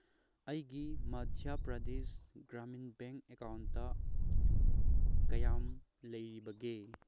ꯑꯩꯒꯤ Madhya Pradesh Gramin bank account ꯀꯌꯥꯝ ꯂꯩꯔꯤꯕꯒꯦ